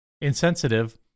insensitive